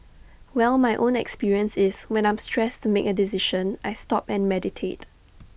well my own experience is when I'm stressed to make A decision I stop and meditate